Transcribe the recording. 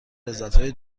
لذتهای